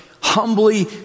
humbly